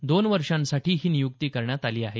दोन वर्षांसाठी ही नियुक्ती करण्यात आली आहे